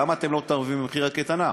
למה אתם לא מתערבים במחיר הקייטנה?